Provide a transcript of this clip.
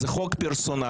זה חוק פרסונלי,